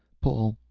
paul,